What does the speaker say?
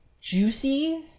juicy